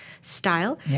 style